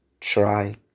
try